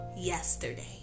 yesterday